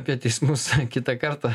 apie teismus kitą kartą